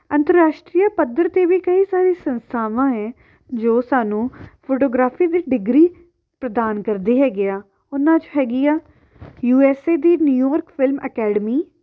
ਅੰਤਰਰਾਸ਼ਟਰੀ ਪੱਧਰ 'ਤੇ ਵੀ ਕਈ ਸਾਰੀ ਸੰਸਥਾਵਾਂ ਹੈ ਜੋ ਸਾਨੂੰ ਫੋਟੋਗ੍ਰਾਫੀ ਦੀ ਡਿਗਰੀ ਪ੍ਰਦਾਨ ਕਰਦੇ ਹੈਗੇ ਆ ਉਹਨਾਂ 'ਚ ਹੈਗੀ ਆ ਯੂ ਐੱਸ ਏ ਦੀ ਨਿਊਯੋਰਕ ਫਿਲਮ ਅਕੈਡਮੀ